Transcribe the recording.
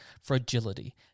fragility